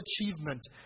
achievement